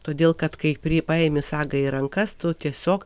todėl kad kai pri paimi sagą į rankas tu tiesiog